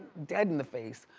dead in the face.